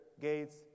gates